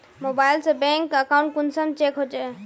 Mobile से bank account कुंसम check होचे?